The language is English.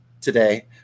today